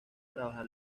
trabajar